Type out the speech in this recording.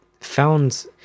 found